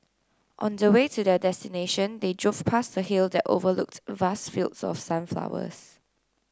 on the way to their destination they drove past a hill that overlooked vast fields of sunflowers